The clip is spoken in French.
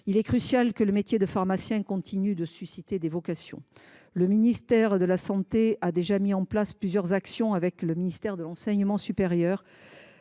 Il est crucial que le métier de pharmacien continue de susciter des vocations. Le ministère de la santé a agi, en lien avec le ministère de l’enseignement supérieur